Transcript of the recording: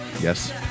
Yes